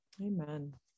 Amen